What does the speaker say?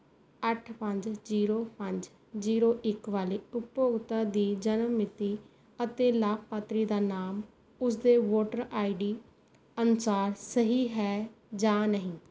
ਅੱਠ ਪੰਜ ਜ਼ੀਰੋ ਪੰਜ ਜ਼ੀਰੋ ਇੱਕ ਵਾਲੇ ਉਪਭੋਗਤਾ ਦੀ ਜਨਮ ਮਿਤੀ ਅਤੇ ਲਾਭਪਾਤਰੀ ਦਾ ਨਾਮ ਉਸਦੇ ਵੋਟਰ ਆਈ ਡੀ ਅਨੁਸਾਰ ਸਹੀ ਹੈ ਜਾਂ ਨਹੀਂ